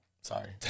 sorry